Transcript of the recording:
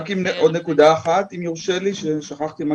אם יורשה, רק עוד נקודה אחת חשובה ששכחתי.